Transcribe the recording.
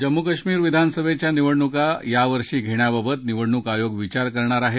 जम्मू कश्मीर विधानसभेच्या निवडणुका यावर्षी घेण्यावावत निवडणूक आयोग विचार करणार आहे